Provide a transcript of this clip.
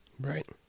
Right